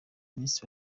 miss